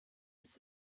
ist